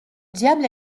diable